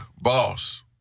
boss